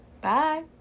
bye